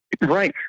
Right